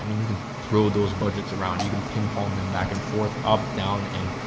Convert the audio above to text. i mean you can throw those budgets around, you can ping pong them back and forth, up, down and